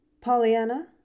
Pollyanna